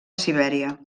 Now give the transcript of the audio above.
sibèria